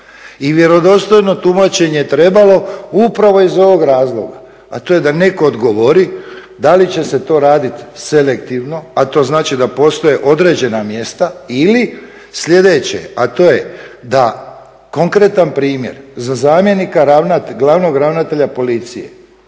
I vjerodostojno tumačenje je trebalo upravo iz ovog razloga, a to je da netko odgovori da li će se to radit selektivno, a to znači da postoje određena mjesta. Ili sljedeće, a to je da konkretan primjer za zamjenika glavnog ravnatelja policije,